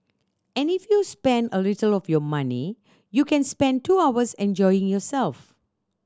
and if you spend a little of your money you can spend two hours enjoying yourself